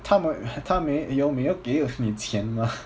他们他没有没有给你钱呢